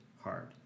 hard